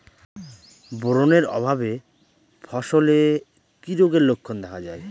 Boron এর অভাবে ফসলে কি রোগের লক্ষণ দেখা যায়?